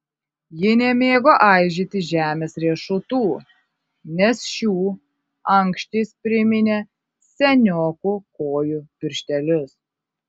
ji nemėgo aižyti žemės riešutų nes šių ankštys priminė seniokų kojų pirštelius